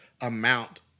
amount